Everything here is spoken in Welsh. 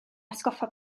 atgoffa